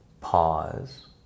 Pause